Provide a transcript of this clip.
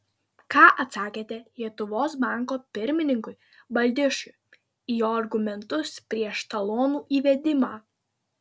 ką atsakėte lietuvos banko pirmininkui baldišiui į jo argumentus prieš talonų įvedimą